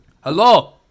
Hello